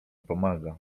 pomaga